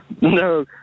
No